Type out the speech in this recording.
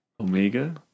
Omega